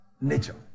nature